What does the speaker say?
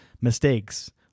mistakes